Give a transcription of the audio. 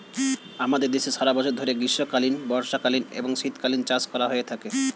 আমাদের দেশে সারা বছর ধরে গ্রীষ্মকালীন, বর্ষাকালীন এবং শীতকালীন চাষ করা হয়ে থাকে